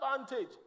advantage